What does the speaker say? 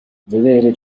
vedere